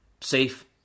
safe